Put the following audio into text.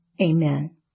Amen